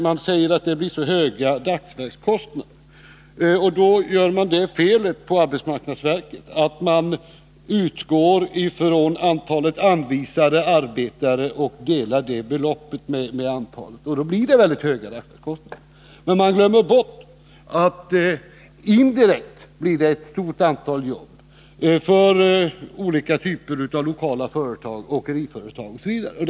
Man säger att det blir så höga dagsverkskostnader. Då gör man det felet på arbetsmarknadsverket att man utgår ifrån beviljat belopp och delar den siffran med antalet anvisade arbeten. Då blir det mycket höga dagsverkskostnader, men man glömmer bort att det indirekt blir ett stort antal jobb för olika typer av lokala företag, åkeriföretag m.fl.